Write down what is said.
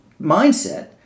mindset